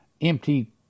empty